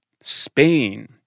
Spain